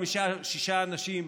חמישה-שישה אנשים,